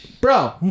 Bro